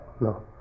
no